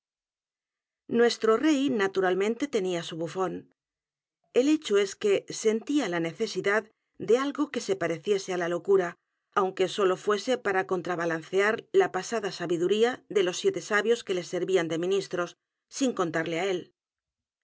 nuestro rey naturalmente tenía su bufón el hecho es que sentía la necesidad de algo que se pareciese á la locura aunque sólo fuese p a r a contrabalancear la pesada sabiduría de los siete sabios que le servían de ministros sin contarle á él